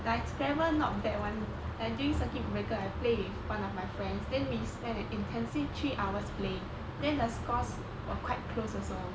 I scrabble not bad [one] like during circuit breaker I play one of my friends then we spend an intensive three hours playing then the scores were quite close also